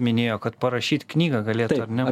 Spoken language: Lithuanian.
minėjo kad parašyt knygą galėtų ar ne